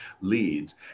leads